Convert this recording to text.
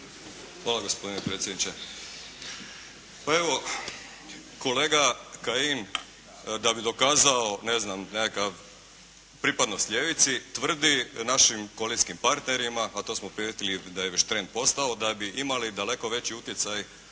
Hvala gospodine predsjedniče. Pa evo, kolega Kajin da bi dokazao pripadnost ljevici tvrdi našim koalicijskim partnerima a to smo primijetili da je već trend postao da bi imali daleko veći utjecaj